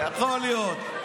יכול להיות, יכול להיות.